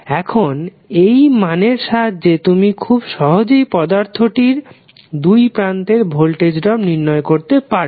এখন এই মানের সাহায্যে তুমি খুব সহজেই পদার্থ টির দুই প্রান্তের ভোল্টেজ ড্রপ নির্ণয় করতে পারবে